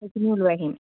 সেইখিনিও লৈ আহিম